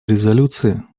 резолюции